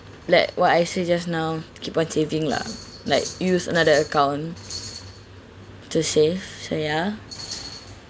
let what I say just now keep on saving lah like use another account to save so ya